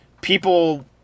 people